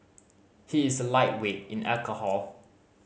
he is a lightweight in alcohol